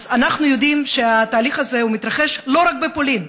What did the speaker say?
אז אנחנו יודעים שהתהליך הזה מתרחש לא רק בפולין.